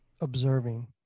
Observing